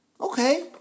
Okay